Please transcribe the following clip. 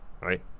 right